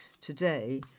today